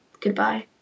Goodbye